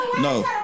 No